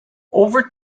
over